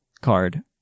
card